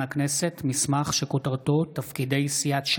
הצעת חוק שעות עבודה ומנוחה (תיקון,